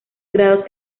grados